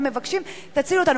ומבקשים: תצילו אותנו,